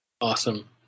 Awesome